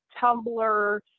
Tumblr